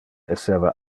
esseva